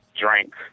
drank